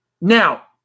now